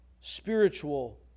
Spiritual